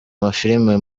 amafilimi